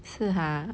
是 !huh!